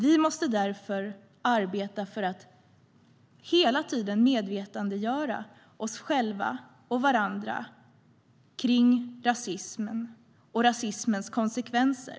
Vi måste därför arbeta för att hela tiden göra oss själva och varandra medvetna om rasismen och rasismens konsekvenser.